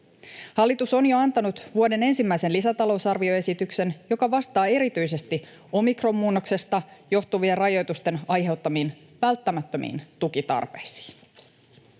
Hallitus on jo antanut vuoden ensimmäisen lisätalousarvioesityksen, joka vastaa erityisesti omikronmuunnoksesta johtuvien rajoitusten aiheuttamiin välttämättömiin tukitarpeisiin.